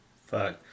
Fuck